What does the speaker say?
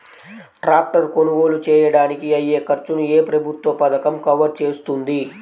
Tractor కొనుగోలు చేయడానికి అయ్యే ఖర్చును ఏ ప్రభుత్వ పథకం కవర్ చేస్తుంది?